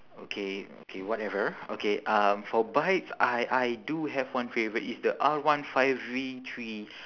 okay okay whatever okay uh for bikes I I do have one favourite it's the R one five V three